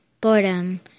Boredom